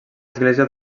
església